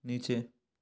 नीचे